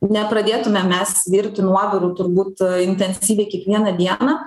nepradėtume mes virti nuovirų turbūt intensyviai kiekvieną dieną